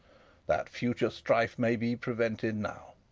that future strife may be prevented now.